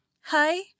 Hi